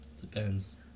Depends